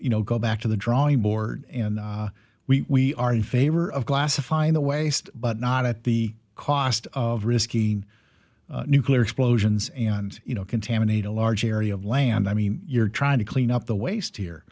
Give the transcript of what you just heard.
you know go back to the drawing board and we are in favor of classifying the waste but not at the cost of risky nuclear explosions and you know contaminate a large area of land i mean you're trying to clean up the waste here